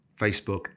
Facebook